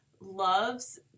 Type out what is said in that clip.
loves